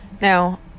Now